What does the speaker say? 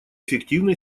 эффективно